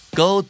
go